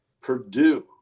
Purdue